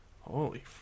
Holy